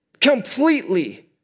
completely